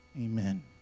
amen